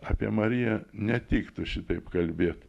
apie mariją netiktų šitaip kalbėt